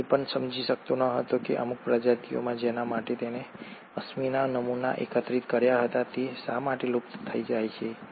તે એ પણ સમજી શક્યો ન હતો કે અમુક પ્રજાતિઓ જેના માટે તેણે અશ્મિના નમૂના એકત્રિત કર્યા હતા તે શા માટે લુપ્ત થઈ જાય છે